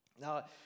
Now